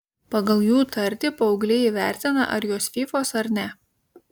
pagal jų tartį paaugliai įvertina ar jos fyfos ar ne